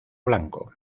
blanco